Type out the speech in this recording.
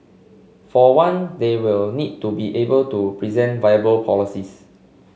for one they will need to be able to present viable policies